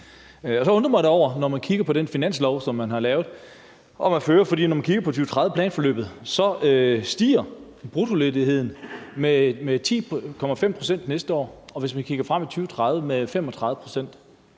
Så undrer jeg mig da, når jeg kigger på det finanslovsforslag, som man har lavet, for når man kigger på 2030-planforløbet, stiger bruttoledigheden med 10,5 pct. næste år, og hvis vi kigger frem i 2030, med 35